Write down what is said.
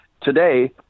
today